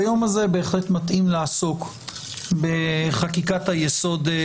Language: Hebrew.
ביום הזה בהחלט מתאים לעסוק בחקיקת היסוד המשטרית.